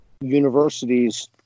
universities